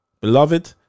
Beloved